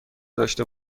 داشته